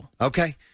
Okay